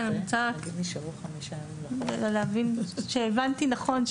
אני רוצה רק להבין שהבנתי נכון,